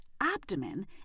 abdomen